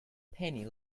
penny